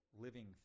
living